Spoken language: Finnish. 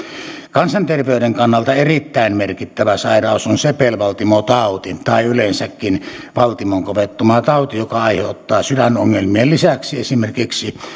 kansanterveyden kannalta erittäin merkittävä sairaus on sepelvaltimotauti tai yleensäkin valtimonkovettumatauti joka aiheuttaa sydänongelmien lisäksi esimerkiksi